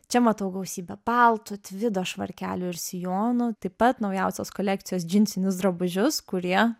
čia matau gausybę paltų tvido švarkelių ir sijonų taip pat naujausios kolekcijos džinsinius drabužius kurie